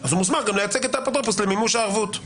אז הוא מוסמך גם לייצג את האפוטרופוס למימוש הערבות.